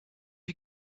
you